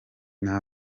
nta